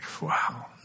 Wow